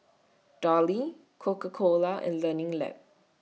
Darlie Coca Cola and Learning Lab